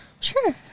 Sure